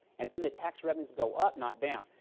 and then the tax revenues go up, not down.